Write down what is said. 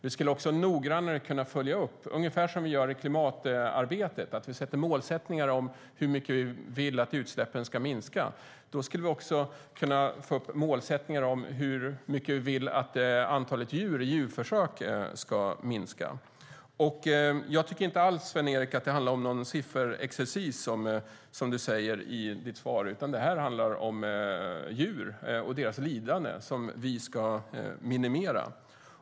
Vi skulle också noggrannare kunna följa upp detta, ungefär som vi gör i klimatarbetet, där vi har målsättningar för hur mycket utsläppen ska minska. Då skulle vi också kunna få målsättningar om hur mycket antalet djur i djurförsök ska minska. Jag tycker inte alls, Sven-Erik, att det handlar om någon sifferexercis, som du sade i interpellationssvaret. Det här handlar om djur och deras lidande, som vi ska minimera.